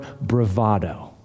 bravado